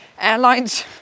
Airlines